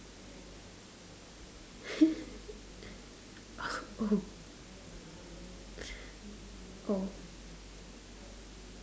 oh